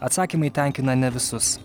atsakymai tenkina ne visus